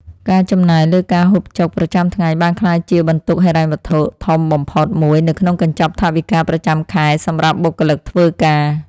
ការចំណាយលើការហូបចុកប្រចាំថ្ងៃបានក្លាយជាបន្ទុកហិរញ្ញវត្ថុធំបំផុតមួយនៅក្នុងកញ្ចប់ថវិកាប្រចាំខែសម្រាប់បុគ្គលិកធ្វើការ។